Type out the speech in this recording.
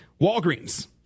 Walgreens